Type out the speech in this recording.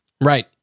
right